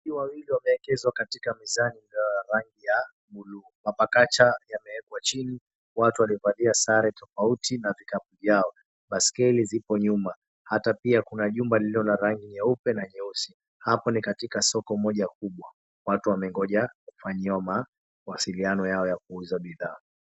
Samaki wawili wameekezwa katika mezani ilio ya rangi ya buluu. Mapakacha yameekwa chini, watu waliovalia sare tofauti na vikapu vyao. Baisikeli zipo nyuma, hata pia kuna jumba lililo na rangi nyeupe na nyeusi. Hapa ni katika soko moja kubwa watu wamengoja kufanyiwa mawasiliano yao ya kuuza bidhaa.